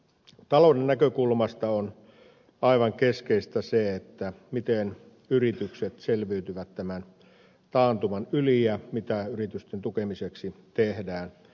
talouden näkökulmasta on aivan keskeistä se miten yritykset selviytyvät tämän taantuman yli ja mitä yritysten tukemiseksi tehdään